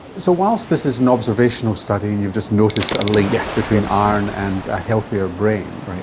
so whilst this is an observational study and you've just noticed a link between iron and a healthier brain,